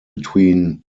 between